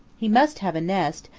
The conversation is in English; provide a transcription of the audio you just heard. he must have a nest,